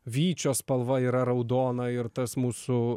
vyčio spalva yra raudona ir tas mūsų